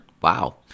Wow